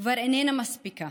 כבר איננה מספיקה.